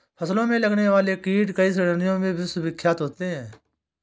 फसलों में लगने वाले कीट कई श्रेणियों में विभक्त होते हैं